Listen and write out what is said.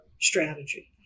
strategy